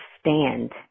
stand